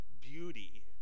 beauty